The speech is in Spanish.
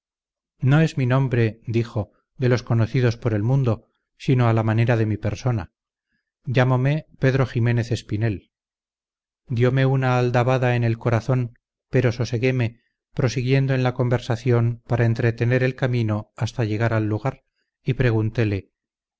no es mi nombre dijo de los conocidos por el mundo sino a la manera de mi persona llámome pedro jiménez espinel diome una aldabada en el corazón pero sosegueme prosiguiendo en la conversación para entretener el camino hasta llegar al lugar y preguntele